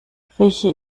rieche